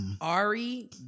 Ari